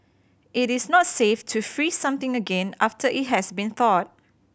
it is not safe to freeze something again after it has been thawed